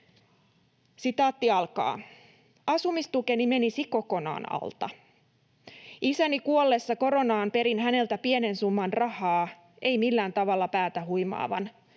täplätuotteita.” ”Asumistukeni menisi kokonaan alta. Isäni kuollessa koronaan perin häneltä pienen summan rahaa, en millään tavalla päätä huimaavaa.